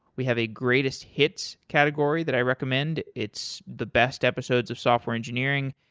we have a greatest hits category that i recommend. it's the best episodes of software engineering.